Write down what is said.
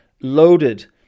loaded